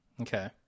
Okay